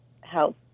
help